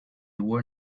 were